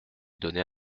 donner